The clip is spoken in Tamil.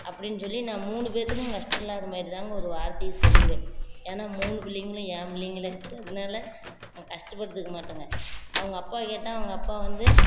அப்படின்னு சொல்லி நான் மூணு பேர்த்துக்கும் கஷ்டம் இல்லாத மாரி தாங்க ஒரு வார்த்தையை சொல்லுவேன் ஏன்னா மூணு பிள்ளைங்களையும் ஏன் பிள்ளைங்களாச்சே அதனால நான் கஷ்டப்படுத்திக்க மாட்டேங்க அவங்க அப்பா கேட்டால் அவங்க அப்பா வந்து